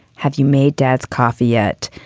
have you made dad's coffee yet?